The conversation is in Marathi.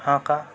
हां का